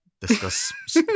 discuss